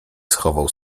schował